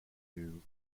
into